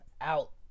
out